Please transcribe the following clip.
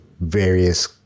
various